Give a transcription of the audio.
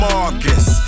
Marcus